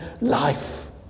life